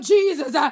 Jesus